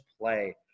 play